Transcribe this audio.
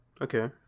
Okay